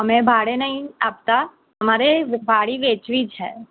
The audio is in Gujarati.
અમે ભાડે નથી આપતા અમારે વાડી વેચવી છે